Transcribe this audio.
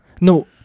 No